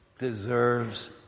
deserves